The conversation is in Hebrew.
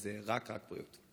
אז רק רק בריאות.